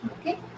Okay